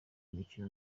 mikino